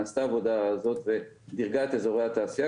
נעשתה עבודה הזאת ודירגה את אזורי התעשייה.